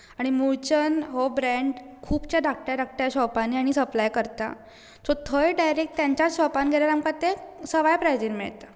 आनी मुळचंद हो ब्रेंड खुबशा धाकट्या धाकट्या शॉपानी आनी सप्लाय करता सो थंय डायरेक्ट तांच्याच शॉपान गेलें जाल्यार आमकां ते सवाय प्रायझीन मेळटा